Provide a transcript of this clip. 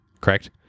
Correct